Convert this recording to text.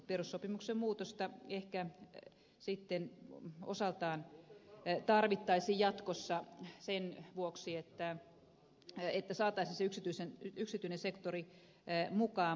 perussopimuksen muutosta ehkä sitten osaltaan tarvittaisiin jatkossa sen vuoksi että saataisiin se yksityinen sektori mukaan